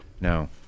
No